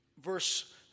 verse